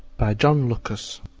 john lukkus